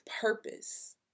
purpose